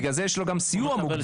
בגלל זה יש לו גם סיוע מוגדל.